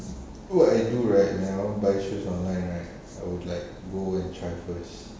what I do right now buy shoes online right I would like go and try first